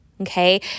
okay